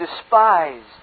despised